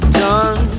done